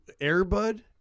Airbud